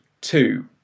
Two